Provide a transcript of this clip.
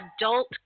adult